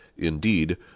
Indeed